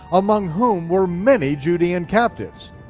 among whom were many judean captives.